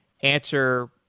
answer